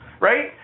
right